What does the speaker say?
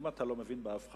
אם אתה לא מבין בהבחנה,